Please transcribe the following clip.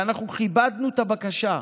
ואנחנו כיבדנו את הבקשה.